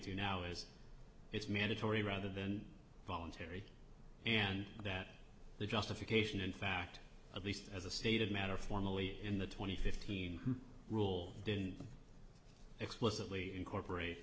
two now is it's mandatory rather than voluntary and that the justification in fact at least as a stated matter formally in the twenty fifteen rule explicitly incorporate